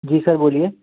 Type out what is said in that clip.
जी sir बोलिए